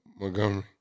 Montgomery